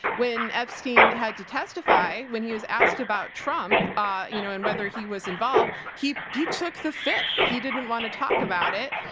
when epstein had to testify, when he was asked about trump, ah you know and whether he was involved, he he took the fifth. he didn't want to talk about it.